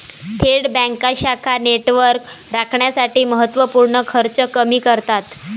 थेट बँका शाखा नेटवर्क राखण्यासाठी महत्त्व पूर्ण खर्च कमी करतात